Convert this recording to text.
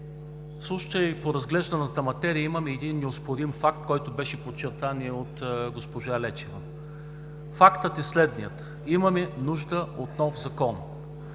случая по разглежданата материя имаме един неоспорим факт, който беше подчертан и от госпожа Лечева. Фактът е следният: имаме нужда от нов Закон